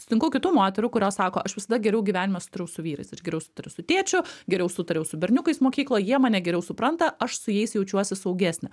sutinku kitų moterų kurios sako aš visada geriau gyvenime sutariau su vyrais ir geriau sutariu su tėčiu geriau sutariau su berniukais mokykloj jie mane geriau supranta aš su jais jaučiuosi saugesnė